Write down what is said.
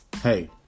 Hey